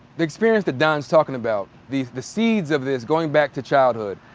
the experience that don's talkin' about, the the seeds of this going back to childhood,